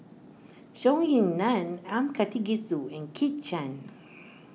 Zhou Ying Nan M Karthigesu and Kit Chan